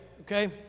okay